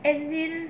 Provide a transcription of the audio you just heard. as in